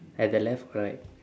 at the left or right